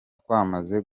twamaze